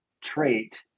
trait